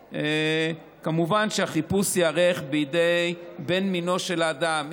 וכמובן שהחיפוש ייערך בידי בן מינו של האדם.